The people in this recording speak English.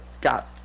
got